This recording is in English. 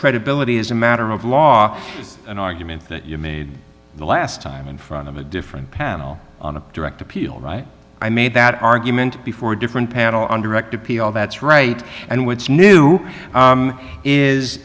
credibility as a matter of law an argument that you made the last time in front of a different panel on a direct appeal i made that argument before different panel on direct appeal that's right and what's new